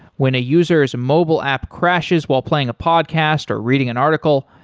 when a user s mobile app crashes while playing a podcast or reading an article,